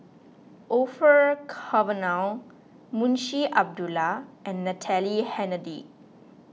Orfeur Cavenagh Munshi Abdullah and Natalie Hennedige